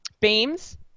beams